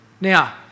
Now